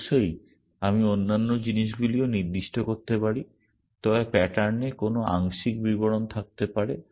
অবশ্যই আমি অন্যান্য জিনিসগুলিও নির্দিষ্ট করতে পারি তবে প্যাটার্নে কোনও আংশিক বিবরণ থাকতে পারে